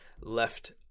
left